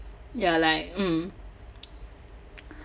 ya like mm